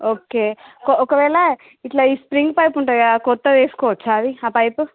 okay కొ ఒకవేళ ఇట్లా ఈ స్ప్రింగ్ పైప్ ఉంటుంది కదా కొత్తది వేసుకోవచ్చా అది ఆ పైపు